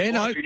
no